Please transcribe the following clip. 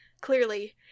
clearly